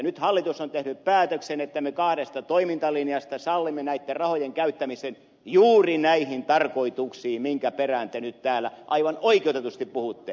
nyt hallitus on tehnyt päätöksen että me kahdesta toimintalinjasta sallimme näitten rahojen käyttämisen juuri näihin tarkoituksiin joita te nyt täällä aivan oikeutetusti peräätte